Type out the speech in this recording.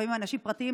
לפעמים מאנשים פרטיים,